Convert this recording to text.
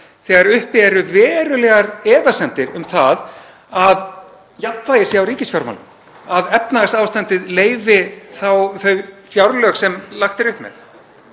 þegar uppi eru verulegar efasemdir um það að jafnvægi sé á ríkisfjármálum, að efnahagsástandið leiði þau fjárlög sem lagt er upp með.